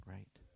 Right